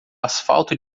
asfalto